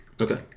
Okay